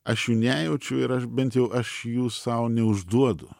aš jų nejaučiu ir aš bent jau aš jų sau neužduodu